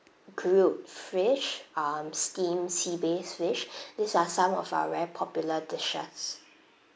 grilled fish um steamed sea bass fish these are some of our very popular dishes